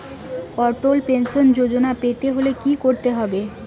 অটল pension Yojana পেতে হলে কি করতে হবে?